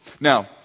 Now